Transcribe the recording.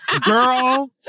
girl